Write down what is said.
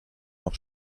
noch